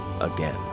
again